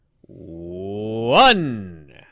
one